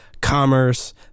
commerce